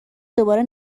دوباره